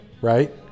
right